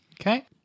Okay